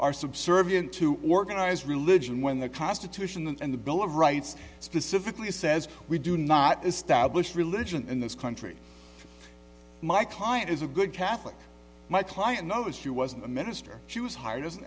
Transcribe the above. are subservient to organized religion when the constitution and the bill of rights specifically says we do not establish religion in this country my client is a good catholic my client no she wasn't a minister she was hired as an